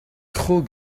trop